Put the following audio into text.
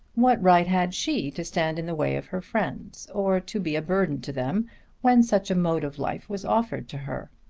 what right had she to stand in the way of her friends, or to be a burden to them when such a mode of life was offered to her?